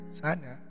sana